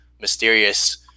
mysterious